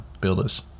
builders